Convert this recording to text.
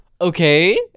okay